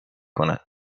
کند